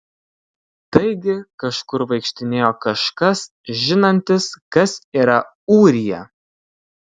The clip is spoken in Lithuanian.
taigi kažkur vaikštinėjo kažkas žinantis kas yra ūrija